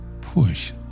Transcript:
push